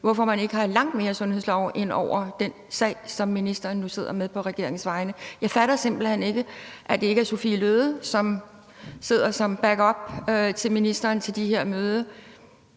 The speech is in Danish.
hvorfor man ikke har langt mere sundhedslov ind over den sag, som ministeren nu sidder med på regeringens vegne. Jeg fatter simpelt hen ikke, at det ikke er Sophie Løhde, der sidder som backup for ministeren til det her møde.